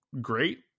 great